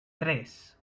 tres